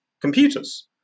computers